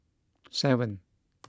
seven